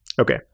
Okay